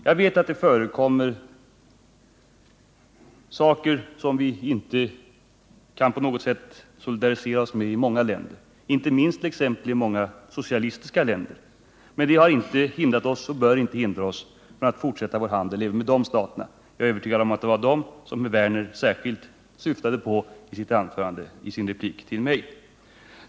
Jag vet att det förekommer saker som vi inte på något sätt kan solidarisera oss med i många länder — inte minst i många socialistiska länder, och jag förstår att det var dessa herr Werner syftade på i sin replik till mig — men det har inte hindrat oss och bör inte hindra oss att fortsätta vår handel även med de staterna.